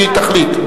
שהיא תחליט.